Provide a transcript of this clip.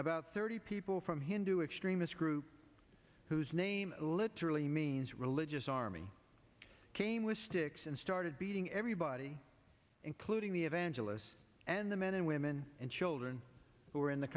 about thirty people from hindu extremist groups whose name literally means religious army came with sticks and started beating everybody including the evangelists and the men and women and children who were in the